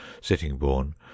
Sittingbourne